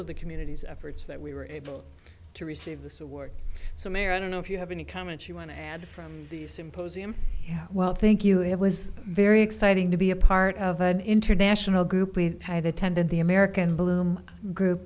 of the community's efforts that we were able to receive this award so mayor i don't know if you have any comments you want to add from the symposium yeah well thank you it was very exciting to be a part of an international group we had attended the american bloom group